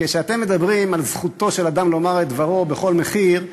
כשאתם מדברים על זכותו של אדם לומר את דברו בכל מחיר,